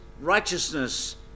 righteousness